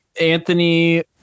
Anthony